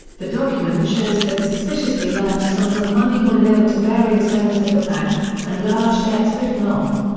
the document shows that suspiciously large sums of money were loaned to various owners of the bank, and large debts written off.